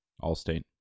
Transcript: Allstate